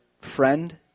friend